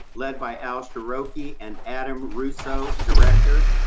led by alex deroque and adam russo, director,